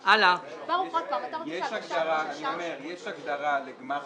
ותיק, והוא